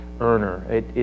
earner